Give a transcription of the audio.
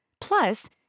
Plus